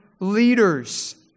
leaders